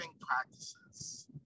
practices